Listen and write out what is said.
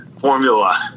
formula